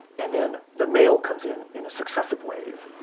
and then the male comes in in a successive wave.